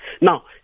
Now